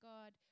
God